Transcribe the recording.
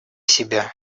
себя